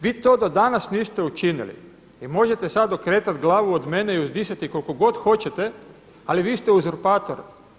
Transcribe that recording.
Vi to do danas niste učinili i možete sad okretat glavu od mene i uzdisati koliko god hoćete, ali vi ste uzurpator.